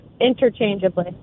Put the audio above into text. interchangeably